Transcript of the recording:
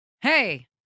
Hey